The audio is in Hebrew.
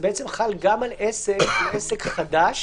בעצם חל גם על עסק שהוא עסק חדש